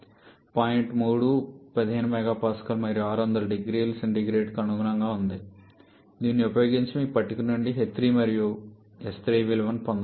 అప్పుడు పాయింట్ 3 ఇప్పుడు 15 MPa మరియు 600 0Cకి అనుగుణంగా ఉంటుంది దీన్ని ఉపయోగించి మీకు పట్టిక నుండి h3 మరియు s3 విలువను పొందవచ్చు